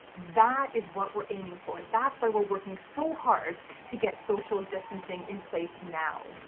that is what we're aiming for. that's why we're working so hard to get social distancing in place now.